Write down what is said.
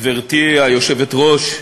גברתי היושבת-ראש,